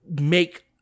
make